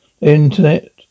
internet